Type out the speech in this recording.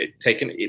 taken